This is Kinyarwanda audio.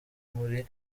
muri